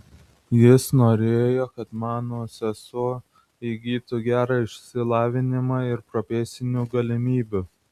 jis norėjo kad mano sesuo įgytų gerą išsilavinimą ir profesinių galimybių